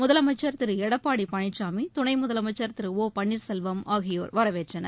முதலமைச்சர் திருஎடப்பாடிபழனிசாமி துணைமுதலமைச்சர் திரு து பன்னீர்செல்வம் ஆகியோர் வரவேற்றனர்